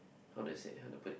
how they say how to put it